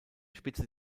spitze